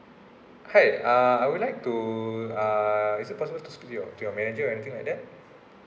hi uh I would like to uh is it possible to speak to your to your manager anything like that